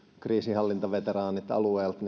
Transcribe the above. kriisinhallintaveteraanit kotiutuvat alueelta